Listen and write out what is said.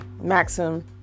maxim